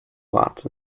lots